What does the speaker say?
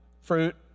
fruit